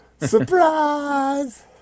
Surprise